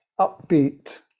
upbeat